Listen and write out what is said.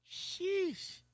sheesh